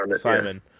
Simon